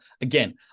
again